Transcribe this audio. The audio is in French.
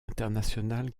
internationale